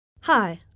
Hi